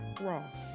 Ross